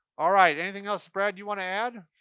all right, anything else, brad, you want to add?